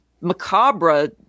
macabre